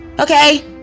Okay